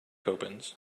opens